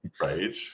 Right